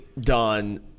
done